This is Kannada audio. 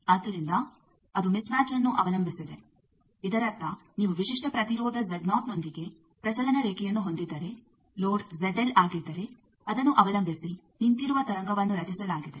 ಆದ್ದರಿಂದ ಅದು ಮಿಸ್ ಮ್ಯಾಚ್ಅನ್ನು ಅವಲಂಬಿಸಿದೆ ಇದರರ್ಥ ನೀವು ವಿಶಿಷ್ಟ ಪ್ರತಿರೋಧ ನೊಂದಿಗೆ ಪ್ರಸರಣ ರೇಖೆಯನ್ನು ಹೊಂದಿದ್ದರೆ ಲೋಡ್ ಆಗಿದ್ದರೆ ಅದನ್ನು ಅವಲಂಬಿಸಿ ನಿಂತಿರುವ ತರಂಗವನ್ನು ರಚಿಸಲಾಗಿದೆ